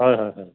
হয় হয় হয়